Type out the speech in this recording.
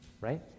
right